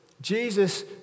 Jesus